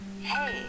Hey